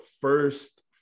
first